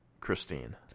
Christine